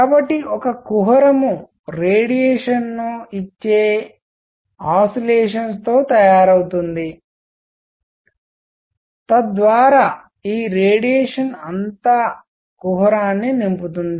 కాబట్టి ఒక కుహరం రేడియేషన్ ను ఇచ్చే ఆసిలేషన్ తో తయారవుతుంది తద్వారా ఈ రేడియేషన్ అంతా కుహరాన్ని నింపుతుంది